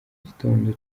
gitondo